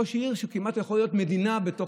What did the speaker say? ראש עיר שכמעט יכולה להיות מדינה בתוך